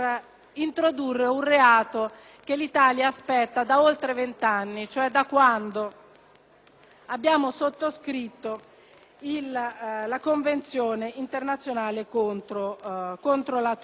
abbiamo sottoscritto la Convenzione internazionale contro la tortura. L'emendamento 34.0.100 per il momento ha già una trentina di sottoscrittori